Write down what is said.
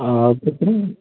ஆ அதுக்கப்புறம்